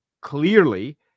clearly